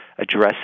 address